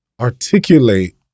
articulate